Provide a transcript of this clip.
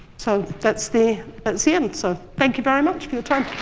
so that's the that's the end. so, thank you very much for your time.